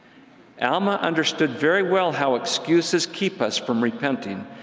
alma understood very well how excuses keep us from repenting,